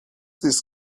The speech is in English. this